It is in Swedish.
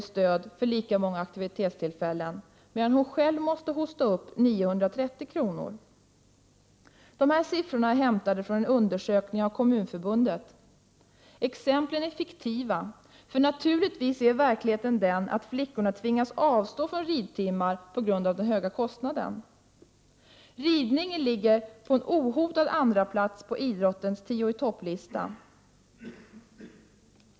i stöd för lika många aktivitetstillfällen, medan hon själv tvingas ”hosta upp” 930 kr. De här siffrorna är hämtade från en undersökning som Kommunförbundet gjort. Exemplen är fiktiva, för naturligtvis är verkligheten den att flickorna tvingas avstå från ridtimmar på grund av den höga kostnaden. Ridningen ligger på en ohotad andraplats på idrottens tio-i-topp-lista.